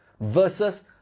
Versus